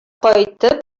кайтып